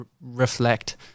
reflect